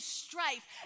strife